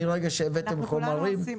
מרגע שהבאתם חומרים.